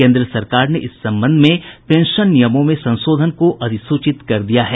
केन्द्र सरकार ने इस संबंध में पेंशन नियमों में संशोधन को अधिसूचित कर दिया है